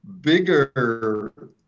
bigger